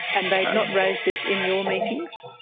and they had not raised this in your meetings?